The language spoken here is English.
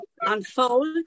unfold